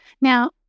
now